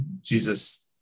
Jesus